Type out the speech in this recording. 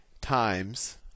times